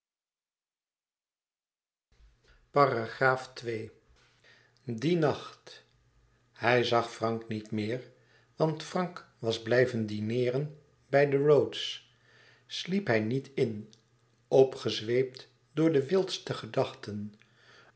dien nacht hij zag frank niet meer want frank was blijven dineeren bij de rhodes sliep hij niet in opgezweept door de wildste gedachten